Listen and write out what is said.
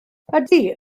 ydy